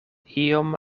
iom